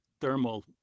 thermal